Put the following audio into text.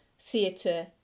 theatre